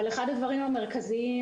אחד הדברים המרכזיים